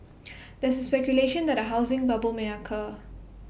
there is speculation that A housing bubble may occur